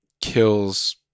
kills